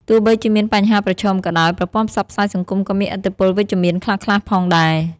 ទោះបីជាមានបញ្ហាប្រឈមក៏ដោយ ប្រព័ន្ធផ្សព្វផ្សាយសង្គមក៏មានឥទ្ធិពលវិជ្ជមានខ្លះៗផងដែរ។